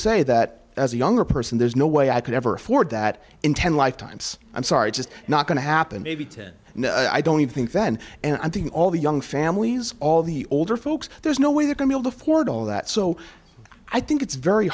say that as a younger person there's no way i could ever afford that in ten lifetimes i'm sorry just not going to happen maybe ten no i don't think then and i think all the young families all the older folks there's no way they're going to the floor and all that so i think it's very